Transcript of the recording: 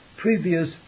previous